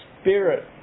spirit